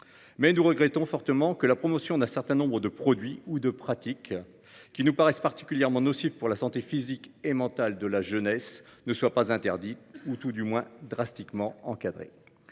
sens. Nous regrettons toutefois fortement que la promotion d'un certain nombre de produits ou de pratiques, qui nous paraissent particulièrement nocifs pour la santé physique et mentale de la jeunesse, ne soit pas interdite ou, tout du moins, drastiquement encadrée.